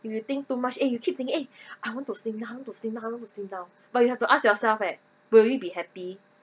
if you think too much eh you keep thinking eh I want to slim down to slim down to slim down but you have to ask yourself eh will you be happy